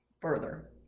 further